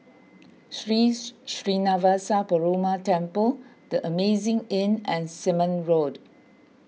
Sri Srinivasa Perumal Temple the Amazing Inn and Simon Road